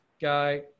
guy